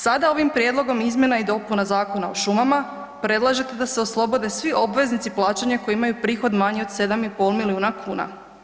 Sada ovim prijedlogom izmjena i dopuna Zakona o šumama predlažete da se oslobode svi obveznici plaćanja koji imaju prihod manji od 7,5 milijuna kuna.